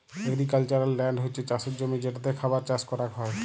agricultural land হছ্যে চাসের জমি যেটাতে খাবার চাস করাক হ্যয়